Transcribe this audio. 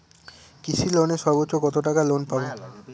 কৃষি লোনে সর্বোচ্চ কত টাকা লোন পাবো?